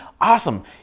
Awesome